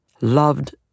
loved